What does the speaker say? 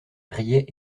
riait